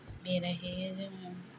बेरायहैयो जोङो